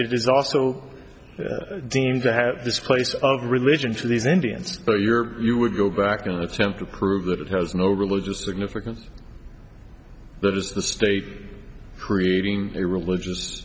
is also deemed to have this place of religion for these indians so you're you would go back and attempt to prove that it has no religious significance that is the state creating a religious